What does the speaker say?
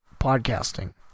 podcasting